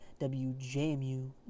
WJMU